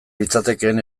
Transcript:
litzatekeen